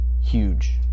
huge